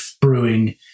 brewing